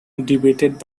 debated